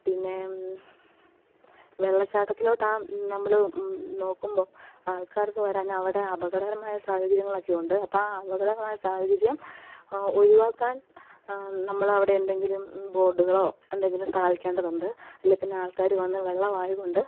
പിന്നെ വെള്ളച്ചാട്ടത്തിലോട്ടാ നമ്മൾ നോക്കുമ്പം ആൾക്കാർക്ക് വരാൻ അവിടെ അപകടകരമായ സാഹചര്യങ്ങളൊക്കെ ഉണ്ട് അപ്പം ആ അപകട സാഹചര്യം ഒഴിവാക്കാൻ നമ്മൾ അവിടെ എന്തെങ്കിലും ബോഡുകളോ എന്തെങ്കിലും സ്ഥാപിക്കേണ്ടതുണ്ട് അല്ലെങ്കിൽ പിന്നെ ആൾക്കാർ വന്നു വെള്ളമായത് കൊണ്ട്